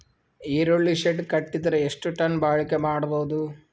ಈರುಳ್ಳಿ ಶೆಡ್ ಕಟ್ಟಿದರ ಎಷ್ಟು ಟನ್ ಬಾಳಿಕೆ ಮಾಡಬಹುದು?